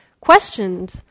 questioned